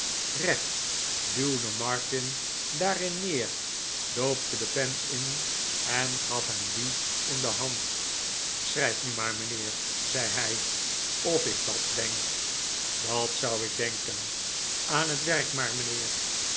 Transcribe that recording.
recht duwde martin daarin neer doopte de pen in en gaf hem die in de hand schrijf mi maar mijnheer zei hij of ik dat denk dat zou ik denken aan het werk maar mijnheer